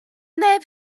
neb